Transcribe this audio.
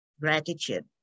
gratitude